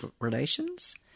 relations